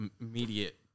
immediate